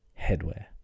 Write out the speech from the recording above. headwear